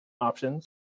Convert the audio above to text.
options